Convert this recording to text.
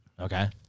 Okay